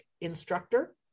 instructor